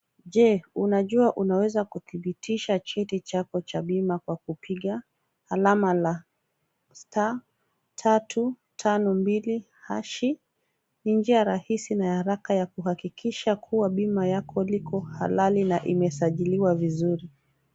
Je unajua unaweza kuthibitisha cheti chako cha bima kwa kupiga alama la sta ,tatu ,tano ,mbili ,hashi ni njia rahisi na ya haraka ya kuhakikisha kuwa bima lako liko halali na imesajiliwa vizuri.